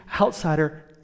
outsider